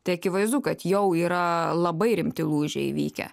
tai akivaizdu kad jau yra labai rimti lūžiai įvykę